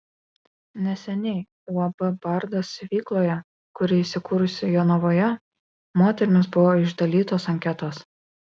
neseniai uab bardas siuvykloje kuri įsikūrusi jonavoje moterims buvo išdalytos anketos